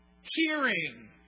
hearing